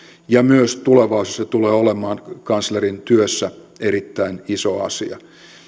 ja myös tulevaisuudessa se tulee olemaan kanslerin työssä erittäin iso asia